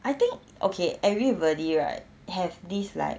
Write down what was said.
I think okay everybody right have this like